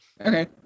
Okay